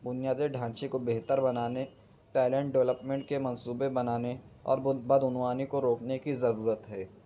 بنیادی ڈھانچے کو بہتر بنانے ٹیلنٹ ڈیولپمنٹ کے منصوبے بنانے اور بد بدعنوانی کو روکنے کی ضرورت ہے